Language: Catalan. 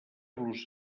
los